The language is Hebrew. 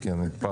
את כבר הדפסת.